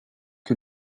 que